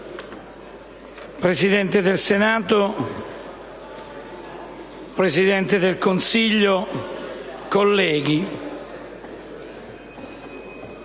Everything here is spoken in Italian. Presidente del Senato, signor Presidente del Consiglio, colleghi,